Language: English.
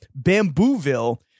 Bambooville